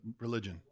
religion